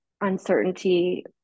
uncertainty